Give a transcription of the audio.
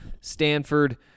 Stanford